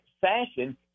fashion